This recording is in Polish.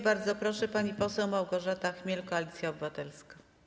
Bardzo proszę, pani poseł Małgorzata Chmiel, Koalicja Obywatelska.